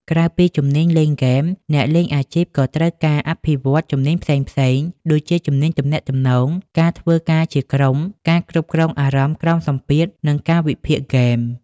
ក្រៅពីជំនាញលេងហ្គេម អ្នកលេងអាជីពក៏ត្រូវការ អភិវឌ្ឍជំនាញផ្សេងៗ ដូចជាជំនាញទំនាក់ទំនង ការធ្វើការជាក្រុម ការគ្រប់គ្រងអារម្មណ៍ក្រោមសម្ពាធ និងការវិភាគហ្គេម។